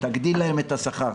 תגדיל להם את השכר,